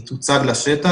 היא תוצג לשטח.